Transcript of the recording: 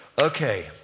Okay